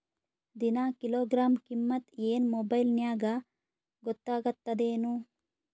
ದಿನಾ ಕಿಲೋಗ್ರಾಂ ಕಿಮ್ಮತ್ ಏನ್ ಮೊಬೈಲ್ ನ್ಯಾಗ ಗೊತ್ತಾಗತ್ತದೇನು?